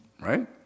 right